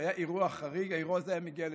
כשהיה אירוע חריג, האירוע הזה היה מגיע ללשכתי.